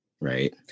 right